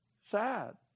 sad